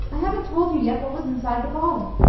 i haven't told you yet what was inside the bottle.